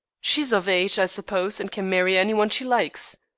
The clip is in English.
she is of age, i suppose, and can marry any one she likes.